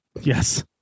yes